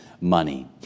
money